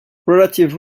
relative